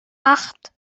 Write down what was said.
acht